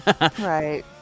Right